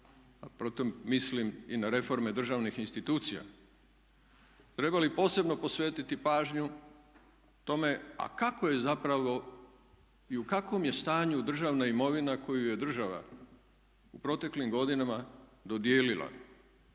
a pri tome mislim i na reforme državnih institucija trebali posebno posvetiti pažnju tome a kako je zapravo i u kakvom je stanju državna imovina koju je država u proteklim godinama dodijelila